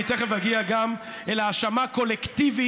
אני תכף אגיע גם אל ההאשמה הקולקטיבית